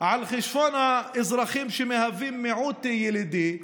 על חשבון האזרחים שמהווים מיעוט ילידי,